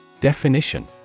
Definition